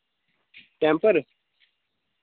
temper